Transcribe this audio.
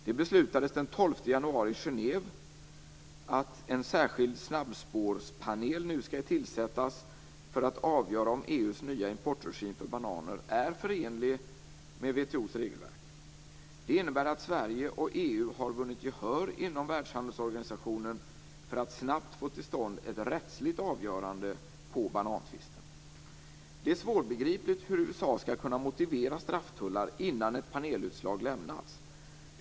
Det beslutades den 12 januari i Genève att en särskild snabbspårspanel nu skall tillsättas för att avgöra om EU:s nya importregim för bananer är förenlig med WTO:s regelverk. Det innebär att Sverige och EU har vunnit gehör inom världshandelsorganisationen för att snabbt få till stånd ett rättsligt avgörande på banantvisten. Det är svårbegripligt hur USA skall kunna motivera strafftullar innan ett panelutslag lämnats.